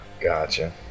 Gotcha